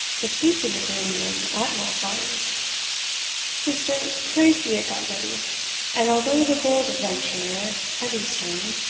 to sleep in the green room at monkbarns sister, pray see it got ready and, although the bold adventurer, heavysterne,